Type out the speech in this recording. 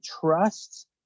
trust